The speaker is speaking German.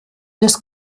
des